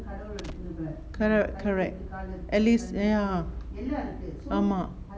correct correct at least ya ஆமா:aama